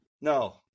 no